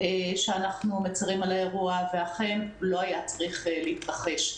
שאנחנו מצרים על האירוע ואכן הוא לא היה צריך להתרחש.